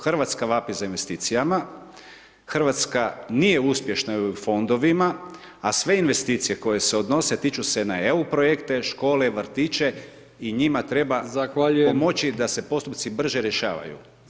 Hrvatska vapi za investicijama, Hrvatska nije uspješna u EU fondovima a sve investicije koje se odnose tiču se na EU projekte, škole, vrtiće i njima treba pomoći da se postupci brže rješavaju.